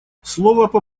слова